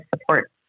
support